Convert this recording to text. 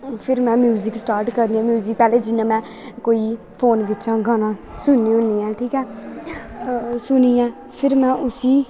फिर में music start करनी म्यूजिक पैह्ले जियां में कोई फोन बिच्चा गाना सुननी होन्नी आं ठीक ऐ सुनियै फिर में उस्सी